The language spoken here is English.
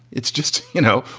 it's just, you know.